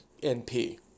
NP